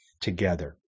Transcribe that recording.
together